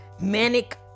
manic